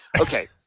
Okay